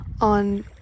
on